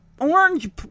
orange